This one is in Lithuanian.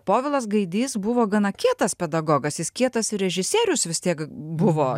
povilas gaidys buvo gana kietas pedagogas jis kietas ir režisierius vis tiek buvo